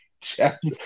chapter